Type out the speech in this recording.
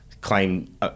claim